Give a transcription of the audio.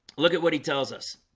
look at what he tells us